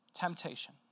Temptation